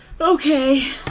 Okay